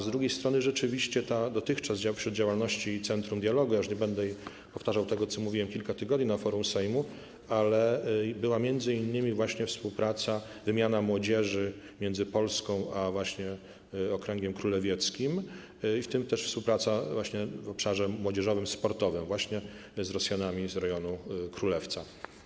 Z drugiej strony rzeczywiście dotychczas w ramach działalności Centrum Dialogu, już nie będę powtarzał tego, co mówiłem kilka tygodni temu na forum Sejmu, była m.in. właśnie współpraca, wymiana młodzieży między Polską a właśnie okręgiem królewieckim, w tym współpraca w obszarze młodzieżowym, sportowym z Rosjanami z rejonu Królewca.